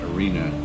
Arena